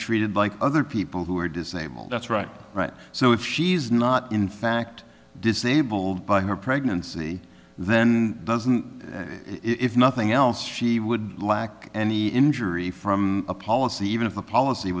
treated like other people who are disabled that's right right so if she's not in fact disabled by her pregnancy then doesn't if nothing else she would lack any injury from a policy even if the policy